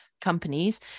companies